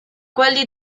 quelli